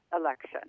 election